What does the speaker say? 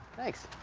thanks.